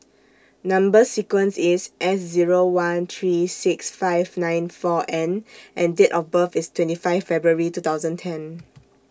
Number sequence IS S Zero one three six five nine four N and Date of birth IS twenty five February two thousand ten